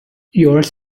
yours